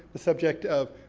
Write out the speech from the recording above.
the subject of,